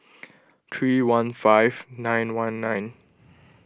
three one five nine one nine